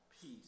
peace